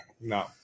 No